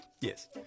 Yes